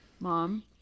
Mom